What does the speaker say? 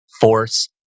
force